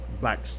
black